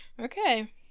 Okay